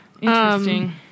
Interesting